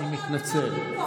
אני מתנצל.